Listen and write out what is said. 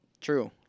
True